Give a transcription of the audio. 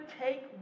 take